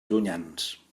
llunyans